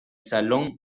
salón